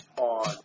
on